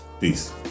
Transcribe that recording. Peace